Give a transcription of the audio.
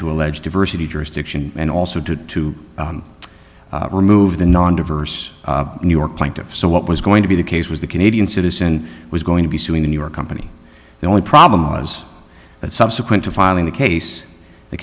to allege diversity jurisdiction and also to to remove the non diverse new york plaintiffs so what was going to be the case was the canadian citizen was going to be suing the new york company the only problem was that subsequent to filing the case the